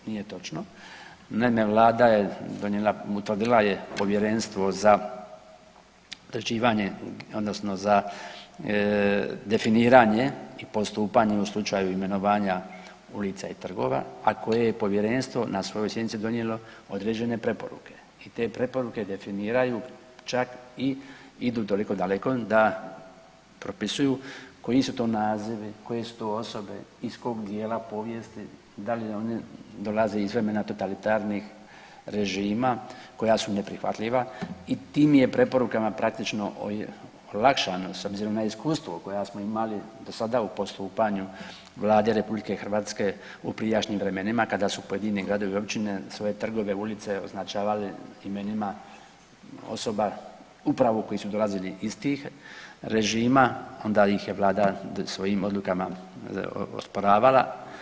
Nije točno, ne, ne, Vlada je donijela, utvrdila je povjerenstvo za određivanje, odnosno za definiranje i postupanje u slučaju imenovanja, ulica i trgova, a koje je Povjerenstvo na svojoj sjednici donijelo određene preporuke i te preporuke definiraju, čak i idu toliko daleko da propisuju koji su to nazivi, koje su to osobe, iz kog dijela povijesti, da li ona dolaze iz vremena totalitarnih režima, koja su neprihvatljiva i tim je preporukama praktično olakšano, s obzirom na iskustvo koja smo imali do sada u postupanju Vlade RH u prijašnjim vremenima, kada su pojedini gradovi i općine svoje trgove, ulice, označavali imenima osoba upravo koji dolazili iz tih režima, onda ih je Vlada svojim odlukama osporavala.